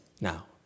now